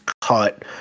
cut